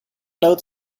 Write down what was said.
note